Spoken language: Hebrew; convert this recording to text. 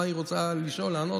לפני חצי שעה הרב אטינגר התקשר אליי.